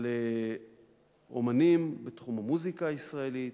על אמנים בתחום המוזיקה ישראלית,